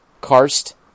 Karst